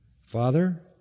Father